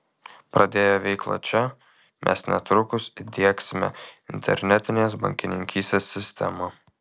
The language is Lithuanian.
pradėję veiklą čia mes netrukus įdiegsime internetinės bankininkystės sistemą